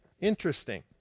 Interesting